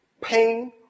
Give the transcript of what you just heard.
pain